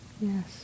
yes